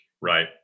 right